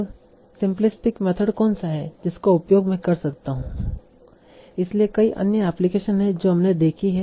तो simplistic method कौनसा है जिसका उपयोग में कर सकता हूं इसलिए कई अन्य एप्लीकेशन है जो हमने देखी है